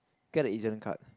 get the E_Z card